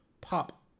pop